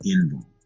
involved